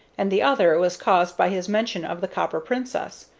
and the other was caused by his mention of the copper princess.